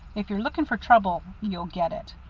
if you're looking for trouble, you'll get it.